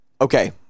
okay